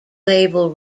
label